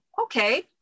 okay